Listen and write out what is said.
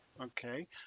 Okay